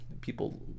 people